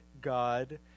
God